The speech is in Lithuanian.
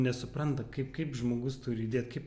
nesupranta kaip kaip žmogus turi judėt kaip